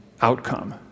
outcome